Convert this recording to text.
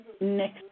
next